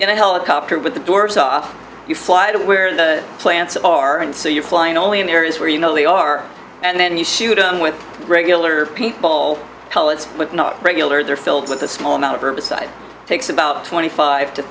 in a helicopter with the doors off you fly to where the plants are and so you're flying only in areas where you know they are and then you shoot them with regular people call it's not regular they're filled with a small amount of herbicide takes about twenty five to